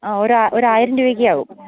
ആ ഒരു ഒരായിരം രൂപയൊക്കെ ആകും